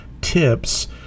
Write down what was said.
tips